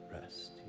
rest